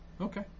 Okay